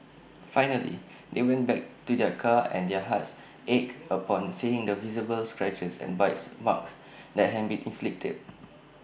finally they went back to their car and their hearts ached upon seeing the visible scratches and bites marks that had been inflicted